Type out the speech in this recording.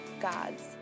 God's